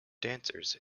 dancers